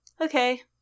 okay